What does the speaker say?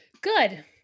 Good